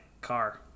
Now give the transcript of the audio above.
car